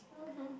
(uh huh)